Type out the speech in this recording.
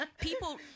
people